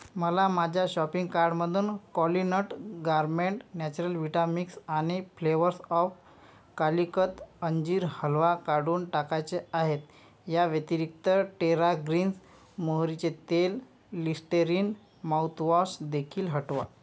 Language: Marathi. मला माझ्या शॉपिंग काडमधून Qualinut gourmet natural vita mix आणि फ्लेवर्स ऑफ कालिकत अंजीर हलवा काढून टाकायचे आहेत या व्यतिरिक्त टेरा ग्रीन मोहरीचे तेल लिस्टेरीन माउतवॉश देखील हटवा